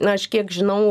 na aš kiek žinau